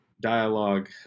dialogue